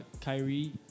Kyrie